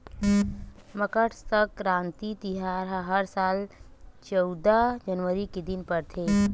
मकर सकराति तिहार ह हर साल चउदा जनवरी के दिन परथे